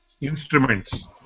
instruments